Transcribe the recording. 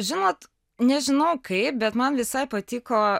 žinot nežinau kaip bet man visai patiko